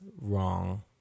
wrong